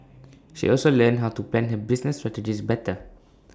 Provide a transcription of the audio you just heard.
she also learned how to plan her business strategies better